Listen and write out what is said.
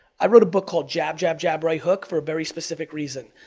i wrote a book called jab, jab, jab, right hook for a very specific reason.